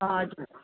हजुर